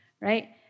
right